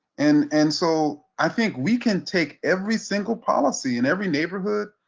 and and so i think we can take every single policy in every neighborhood,